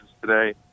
today